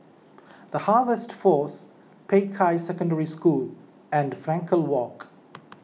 the Harvest force Peicai Secondary School and Frankel Walk